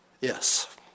Yes